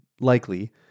likely